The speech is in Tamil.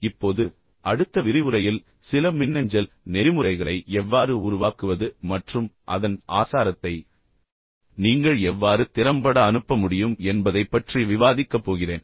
இப்போது அடுத்த விரிவுரையில் சில மின்னஞ்சல் நெறிமுறைகளை எவ்வாறு உருவாக்குவது மற்றும் அதன் ஆசாரத்தை நீங்கள் எவ்வாறு திறம்பட அனுப்ப முடியும் என்பதைப் பற்றி விவாதிக்கப் போகிறேன்